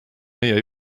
meie